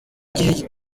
gihe